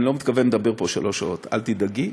אני לא מתכוון לדבר פה שלוש שעות, אל תדאגי,